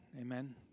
Amen